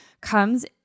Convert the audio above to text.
comes